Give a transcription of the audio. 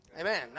Amen